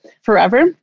forever